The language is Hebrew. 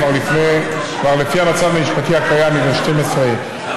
כבר לפי המצב המשפטי הקיים מזה 12 שנה,